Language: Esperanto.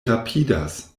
rapidas